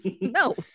no